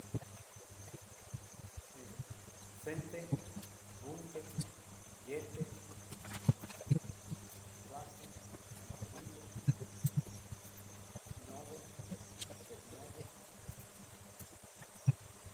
Et, senteh, unteh, yeteh, chicuase, mocuileh, nabi, chicnabih